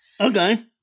Okay